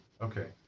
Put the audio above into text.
okay